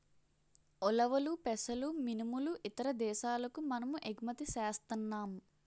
ఉలవలు పెసలు మినుములు ఇతర దేశాలకు మనము ఎగుమతి సేస్తన్నాం